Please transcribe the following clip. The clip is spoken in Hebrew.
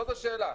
זאת השאלה.